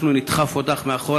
אנחנו נדחף אותך מאחור,